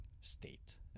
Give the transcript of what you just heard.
state